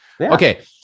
Okay